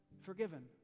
forgiven